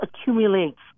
accumulates